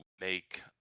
make